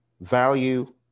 value